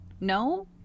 no